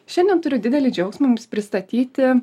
šiandien turiu didelį džiaugsmą jums pristatyti